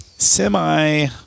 Semi